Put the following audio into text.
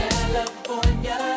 California